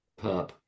perp